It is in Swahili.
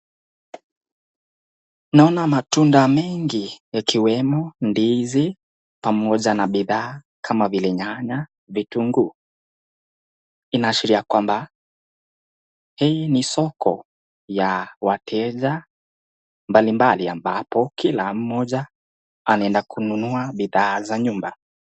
Naona matunda mengi yakimwemo ndizi, pamoja na bidhaa kama vile nyanya na vitunguu. Inaashiria kwamba hii ni soko ya wateja mbali mbali ambapo kila mmoja anaenda kununua bidhaa za nyumba.